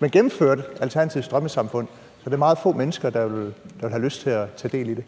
man gennemførte Alternativets drømmesamfund, er det meget få mennesker, der vil have lyst til at tage del i det?